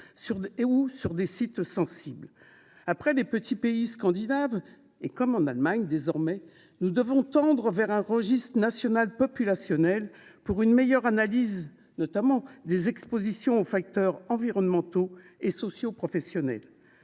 -ou sur des sites sensibles. À la suite des petits pays scandinaves et de l'Allemagne, nous devons tendre vers un registre national populationnel pour une meilleure analyse des expositions aux facteurs de risque environnementaux et socioprofessionnels.